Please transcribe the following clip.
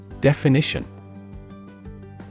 Definition